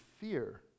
fear